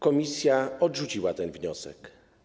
Komisja odrzuciła ten wniosek.